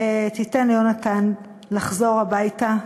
ותיתן ליהונתן לחזור הביתה,